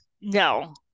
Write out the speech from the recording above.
No